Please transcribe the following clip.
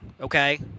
okay